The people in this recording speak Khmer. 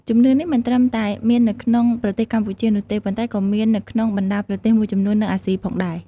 ជំនឿនេះមិនត្រឹមតែមាននៅក្នុងប្រទេសកម្ពុជានោះទេ ប៉ុន្តែក៏មាននៅក្នុងបណ្តាប្រទេសមួយចំនួននៅអាស៊ីផងដែរ។